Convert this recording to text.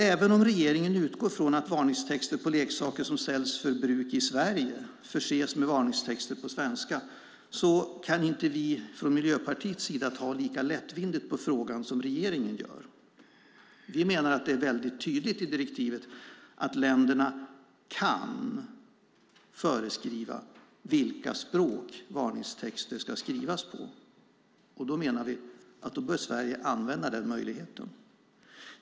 Även om regeringen utgår från att varningstexter på leksaker som säljs för bruk i Sverige förses med varningstexter på svenska kan vi från Miljöpartiets sida inte ta lika lättvindigt på frågan som regeringen gör. Vi menar att det är mycket tydligt i direktivet att länderna kan föreskriva vilka språk varningstexter ska skrivas på, och då menar vi att Sverige bör använda den möjligheten.